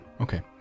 Okay